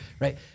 Right